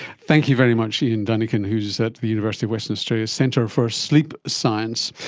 thank you very much ian dunican, who is is at the university of western australia's centre for sleep science.